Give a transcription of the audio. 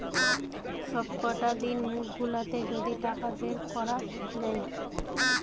সবকটা দিন গুলাতে যদি টাকা বের কোরা যায়